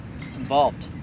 involved